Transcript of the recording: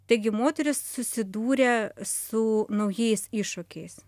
taigi moteris susidūrė su naujais iššūkiais